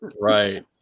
Right